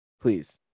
please